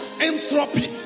entropy